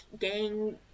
gang